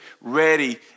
ready